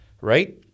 right